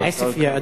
עספיא,